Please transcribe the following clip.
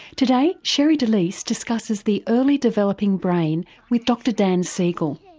today sherre delys discusses the early developing brain with dr dan siegel.